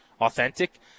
authentic